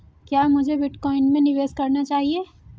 क्या मुझे बिटकॉइन में निवेश करना चाहिए?